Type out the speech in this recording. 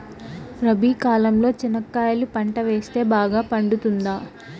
రబి కాలంలో చెనక్కాయలు పంట వేస్తే బాగా పండుతుందా?